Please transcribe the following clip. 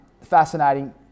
fascinating